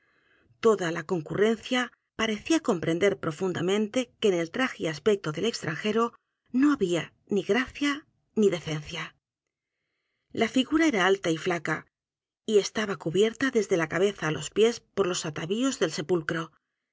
toda la concurrencia parecía comprender profundamente que en el trajey aspecto del extranjero no había ni gracia ni decencia la figura era alta y flaca y estaba cubierta desde la cabeza á los pies por los atavíos del sepulcro